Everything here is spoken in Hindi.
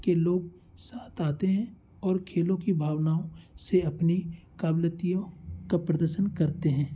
के लोग सात आते हैं और खेलों की भावनाओं से अपनी क़ाबलियत का प्रदर्शन करते हैं